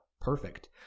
perfect